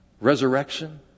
resurrection